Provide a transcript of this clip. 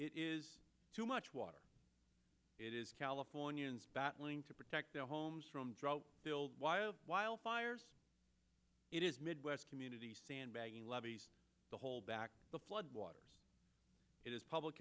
it is too much water it is californians battling to protect their homes from drought build wild wildfires it is midwest communities sandbagging levees to hold back the flood waters it is public